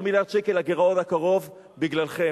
14 מיליארד שקל הגירעון הקרוב בגללכם,